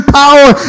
power